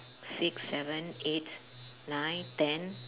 six seven eight nine ten